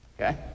Okay